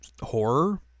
horror